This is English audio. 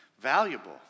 valuable